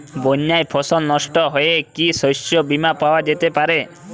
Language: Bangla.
বন্যায় ফসল নস্ট হলে কি শস্য বীমা পাওয়া যেতে পারে?